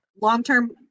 long-term